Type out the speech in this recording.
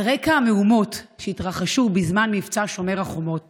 על רקע המהומות שהתרחשו בזמן מבצע שומר החומות